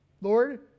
Lord